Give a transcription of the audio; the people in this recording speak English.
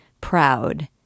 Proud